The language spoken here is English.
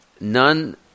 none